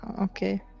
okay